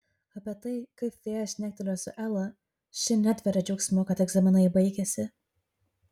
apie tai kaip fėja šnektelėjo su ela ši netveria džiaugsmu kad egzaminai baigėsi